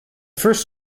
first